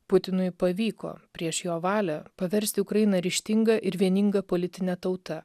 putinui pavyko prieš jo valią paversti ukrainą ryžtinga ir vieninga politine tauta